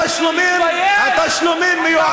השלמת הכנסה, התשלומים מיועדים למשפחות.